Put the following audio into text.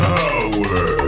power